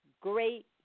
great